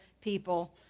people